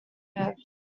adverbs